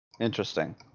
Interesting